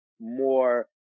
more